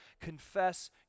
Confess